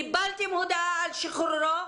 קיבלתם הודעה על שחרורו?